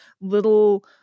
little